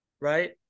right